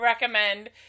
recommend